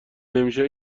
نمیشه